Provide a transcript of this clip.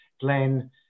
Glenn